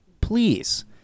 please